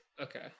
Okay